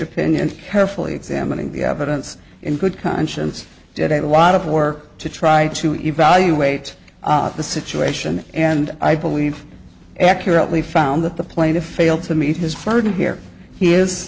opinion carefully examining the evidence in good conscience did a lot of work to try to evaluate the situation and i believe accurately found that the plaintiff fail to meet his furred here he is